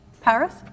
Paris